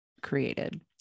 created